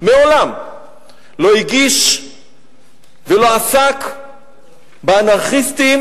לא הגיש ולא עסק באנרכיסטים.